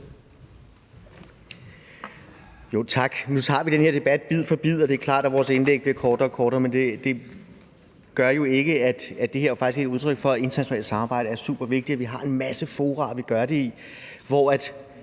Tak. Nu tager vi den her debat bid for bid, og det er klart, at vores indlæg bliver kortere og kortere, men det gør jo ikke, at det her faktisk ikke er et udtryk for, at internationalt samarbejde er super vigtigt, og at vi har en masse fora at udfolde det i, hvor det